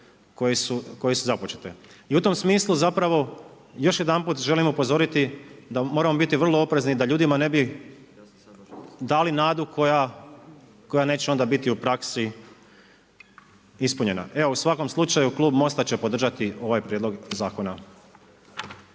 kojim su započete. I u tom smislu zapravo još jedanput želim upozoriti da moramo biti vrlo oprezni da ljudima ne bi dali nadu koja neće onda biti u praksi ispunjena. Evo u svakom slučaju klub MOST-a će podržati ovaj prijedlog zakona.